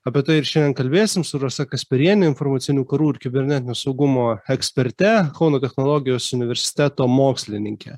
apie tai ir šiandien kalbėsim su rasa kaspariene informacinių karų ir kibernetinio saugumo eksperte kauno technologijos universiteto mokslininke